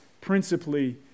principally